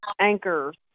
anchors